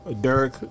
Derek